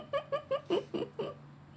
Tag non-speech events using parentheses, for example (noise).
(laughs)